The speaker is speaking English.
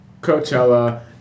Coachella